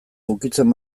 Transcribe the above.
ukitzen